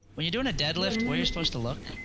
when you're doing a dead lift, where you're supposed to look,